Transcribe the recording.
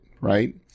right